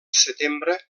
setembre